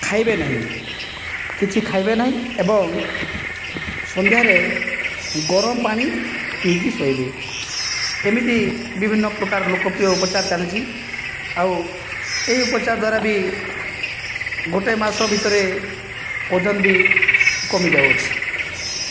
ଖାଇବେ ନାହିଁ କିଛି ଖାଇବେ ନାହିଁ ଏବଂ ସନ୍ଧ୍ୟାରେ ଗରମ ପାଣି ପିଇକି ଶୋଇବେ ଏମିତି ବିଭିନ୍ନ ପ୍ରକାର ଲୋକପ୍ରିୟ ଉପଚାର ଚାଲିଛି ଆଉ ଏହି ଉପଚାର ଦ୍ଵାରା ବି ଗୋଟିଏ ମାସ ଭିତରେ ଓଜନ ବି କମିଯାଉଅଛି